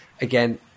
again